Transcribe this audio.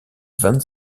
vingt